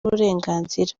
uburenganzira